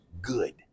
good